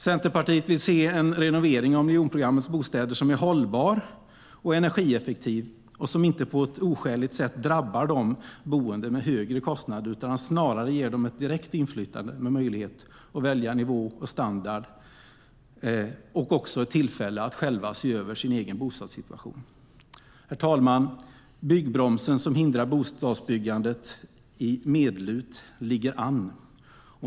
Centerpartiet vill se en renovering av miljonprogrammets bostäder som är hållbar och energieffektiv och som inte på ett oskäligt sätt drabbar de boende med högre kostnader, utan snarare ger dem ett direkt inflytande med möjlighet att välja nivå och standard och också tillfälle att se över sin egen bostadssituation. Herr talman! Byggbromsen som hindrar bostadsbyggandet i medlut ligger an.